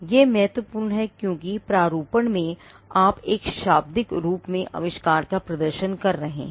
यह महत्वपूर्ण है क्योंकि प्रारूपण में आप एक शाब्दिक रूप में आविष्कार का प्रदर्शन कर रहे हैं